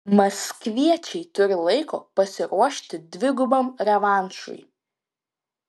maskviečiai turi laiko pasiruošti dvigubam revanšui